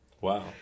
Wow